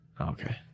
Okay